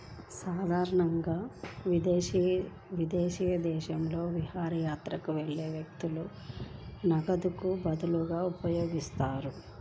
సాధారణంగా విదేశీ దేశాలలో విహారయాత్రకు వెళ్లే వ్యక్తులు నగదుకు బదులుగా ఉపయోగిస్తారు